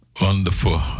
Wonderful